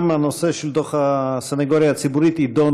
גם הנושא של דוח הסנגוריה הציבורית יידון